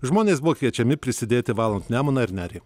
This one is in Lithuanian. žmonės buvo kviečiami prisidėti valant nemuną ir nerį